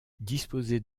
disposées